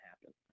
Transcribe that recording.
happen